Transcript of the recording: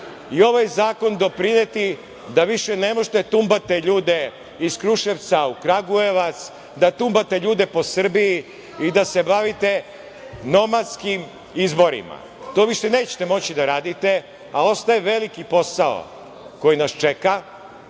i ovaj zakon doprineti da više ne možete da tumbate ljude iz Kruševca u Kragujevac, da tumbate ljude po Srbiji i da se bavite nomadskim izborima. To više nećete moći da radite, a ostaje veliki posao koji nas čeka,